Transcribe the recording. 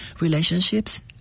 relationships